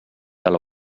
del